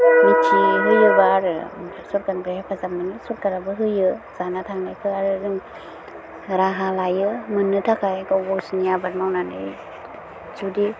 मिथिहोयोबा आरो सरकारनिफ्राय हेफाजाब मोनो सरकाराबो होयो जाना थांनायखो आरो जों राहा लायो मोन्नो थाखाय गावगावसिनि आबाद मावनानै जुदि